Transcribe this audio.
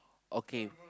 okay